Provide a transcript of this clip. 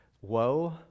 woe